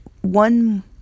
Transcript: one